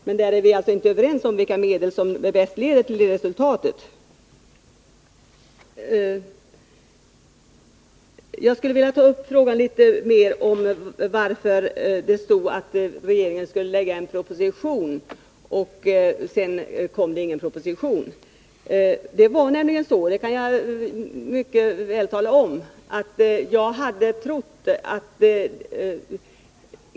Men där är vi alltså inte överens om vilka medel som bäst leder till resultat. Jag vill också ta upp frågan om varför regeringen skulle lägga fram en proposition och det sedan inte kom någon.